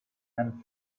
and